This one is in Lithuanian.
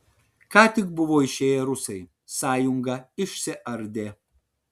ką tik buvo išėję rusai sąjunga išsiardė